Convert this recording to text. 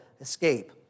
escape